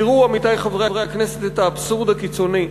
תראו, עמיתי חברי הכנסת, את האבסורד הקיצוני: